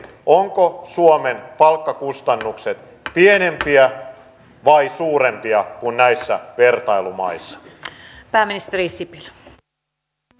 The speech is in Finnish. ovatko suomen palkkakustannukset pienempiä vai suurempia kuin näissä vertailumaissa